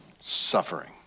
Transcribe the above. Suffering